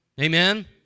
Amen